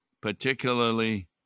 particularly